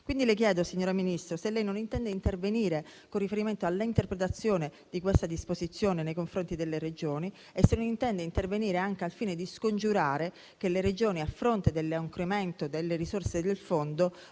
Le chiedo, signora Ministro, se non intenda intervenire con riferimento all'interpretazione di questa disposizione nei confronti delle Regioni e se non intenda intervenire anche al fine di scongiurare che le Regioni, a fronte dell'incremento delle risorse del fondo,